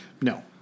No